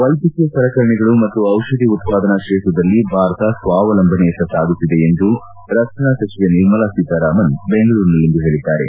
ವೈದ್ಯಕೀಯ ಸಲಕರಣೆಗಳು ಮತ್ತು ದಿಷಧಿ ಉತ್ಪಾದನಾ ಕ್ಷೇತ್ರದಲ್ಲಿ ಭಾರತ ಸ್ವಾವಲಂಬನೆಯತ್ತ ಸಾಗುತ್ತಿದೆ ಎಂದು ರಕ್ಷಣಾ ಸಚಿವೆ ನಿರ್ಮಲಾ ಸೀತಾರಾಮನ್ ಬೆಂಗಳೂರಿನಲ್ಲಿಂದು ಹೇಳಿದ್ದಾರೆ